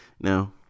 Now